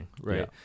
right